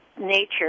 nature